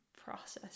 process